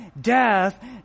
death